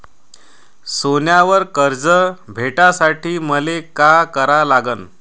सोन्यावर कर्ज भेटासाठी मले का करा लागन?